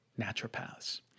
naturopaths